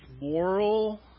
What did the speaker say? moral